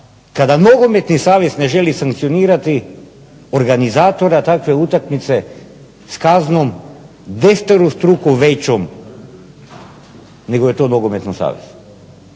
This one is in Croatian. kada nogometni savez ne želi sankcionirati organizatora takve utakmice s kaznom desetorostrukom većom nego je to nogometni savez?